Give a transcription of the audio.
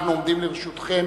אנחנו עומדים לרשותכם